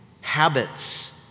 habits